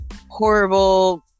horrible